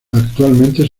actualmente